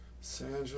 Sandra